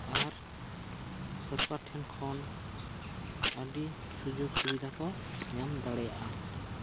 ᱟᱨ ᱥᱚᱨᱠᱟᱨ ᱴᱷᱮᱱ ᱠᱷᱚᱱ ᱟᱹᱰᱤ ᱥᱩᱡᱩᱜᱽ ᱥᱩᱵᱤᱫᱟ ᱠᱚ ᱧᱟᱢ ᱫᱟᱲᱮᱭᱟᱜᱼᱟ